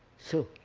so,